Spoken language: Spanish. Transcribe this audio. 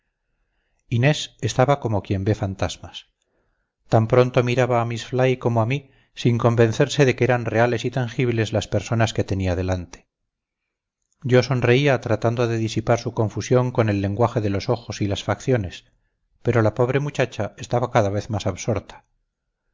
inés estaba como quien ve fantasmas tan pronto miraba a miss fly como a mí sin convencerse de que eran reales y tangibles las personas que tenía delante yo sonreía tratando de disipar su confusión con el lenguaje de los ojos y las facciones pero la pobre muchacha estaba cada vez más absorta